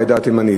בעדה התימנית.